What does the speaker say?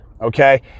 okay